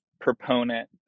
proponent